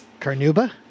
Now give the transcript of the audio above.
Carnuba